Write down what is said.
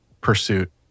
pursuit